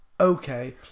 Okay